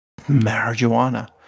marijuana